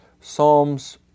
Psalms